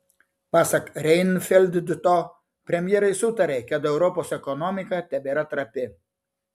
pasak reinfeldto premjerai sutarė kad europos ekonomika tebėra trapi